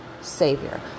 Savior